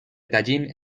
tallin